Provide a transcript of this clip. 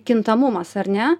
kintamumas ar ne